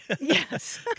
Yes